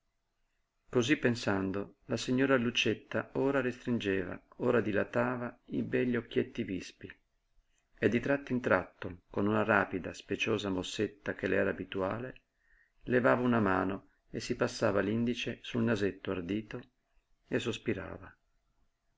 cosí pensando la signora lucietta ora restringeva ora dilatava i begli occhietti vispi e di tratto in tratto con una rapida speciosa mossetta che le era abituale levava una mano e si passava l'indice sul nasetto ardito e sospirava